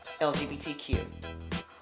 LGBTQ